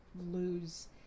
lose